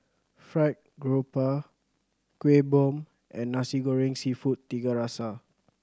Fried Garoupa Kueh Bom and Nasi Goreng Seafood Tiga Rasa